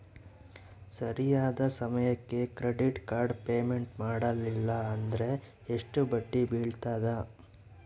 ಸರಿಯಾದ ಸಮಯಕ್ಕೆ credit card payment ಮಾಡಲಿಲ್ಲ ಅಂದ್ರೆ ಎಷ್ಟು ಬಡ್ಡಿ ಬೇಳ್ತದ?